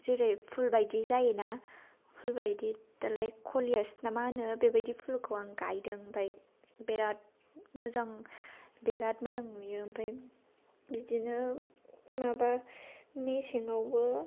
जेरै फुल बायदि जायो ना फुल बायदि दालाय कलिएज ना मा होनो बिदि फुलखौ आं गायदों ओमफ्राय बिरात मोजां बिरात मोजां नुयो बिदिनो माबा मेसेंआवबो